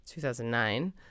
2009